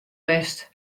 west